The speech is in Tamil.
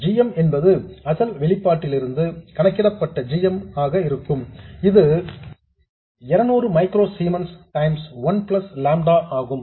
இதைப் போலவே g m என்பது அசல் வெளிப்பாட்டிலிருந்து கணக்கிடப்பட்ட g m ஆக இருக்கும் இது 200 microsiemens times one plus lambda ஆகும்